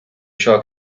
ciò